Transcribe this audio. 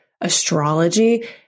astrology